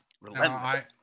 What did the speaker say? Relentless